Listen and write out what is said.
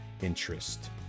interest